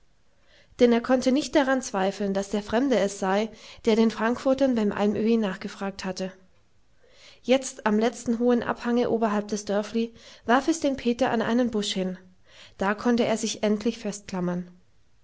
denn er konnte nicht daran zweifeln daß der fremde es sei der den frankfurtern beim almöhi nachgefragt hatte jetzt am letzten hohen abhange oberhalb des dörfli warf es den peter an einen busch hin da konnte er sich endlich festklammern